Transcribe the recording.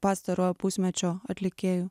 pastarojo pusmečio atlikėjų